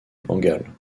bengale